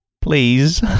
please